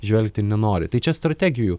žvelgti nenori tai čia strategijų